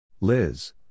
Liz